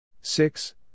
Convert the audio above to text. Six